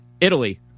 Italy